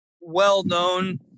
well-known